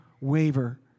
waver